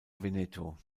veneto